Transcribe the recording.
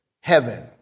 heaven